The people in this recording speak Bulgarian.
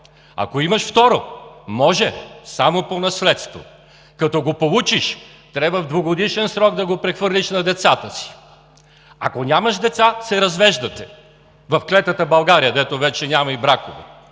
Ако имаш второ, може – само по наследство. Като го получиш, трябва в двугодишен срок да го прехвърлиш на децата си. Ако нямаш деца, се развеждате – в клетата България, дето вече няма и бракове.